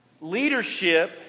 leadership